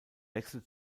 wechsel